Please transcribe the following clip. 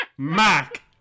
Mac